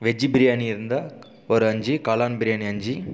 veggie biryani இருந்தால் ஒரு அஞ்சு காளான் பிரியாணி அஞ்சு